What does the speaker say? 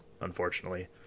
unfortunately